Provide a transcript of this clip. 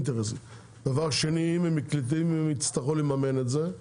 הבעיה השנייה היא אם הסופרים יצטרכו לממן את זה,